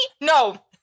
no